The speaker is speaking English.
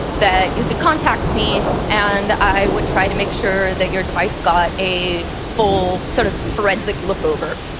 that you could contact me and i would try to make sure that your device got a full, sort of, forensic look over.